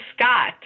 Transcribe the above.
Scott